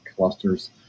clusters